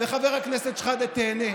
וחבר הכנסת שחאדה, תיהנה,